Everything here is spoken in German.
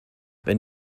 wenn